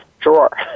drawer